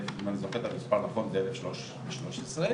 המספר הנכון זה אלף ושלוש עשרה.